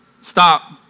stop